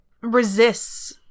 resists